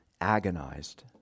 agonized